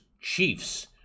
chiefs